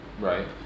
Right